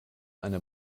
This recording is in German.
eine